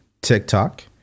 TikTok